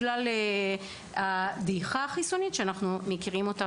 בגלל דעיכה חיסונית שאנחנו מכירים אותה